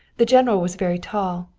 the general was very tall.